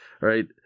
Right